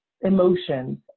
emotions